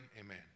Amen